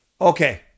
Okay